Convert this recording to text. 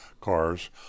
cars